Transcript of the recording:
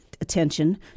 attention